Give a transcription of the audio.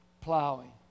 plowing